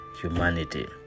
humanity